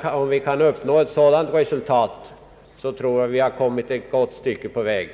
Kan vi uppnå ett sådant resultat, tror jag att vi har kommit ett gott stycke på väg.